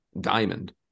diamond